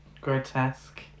Grotesque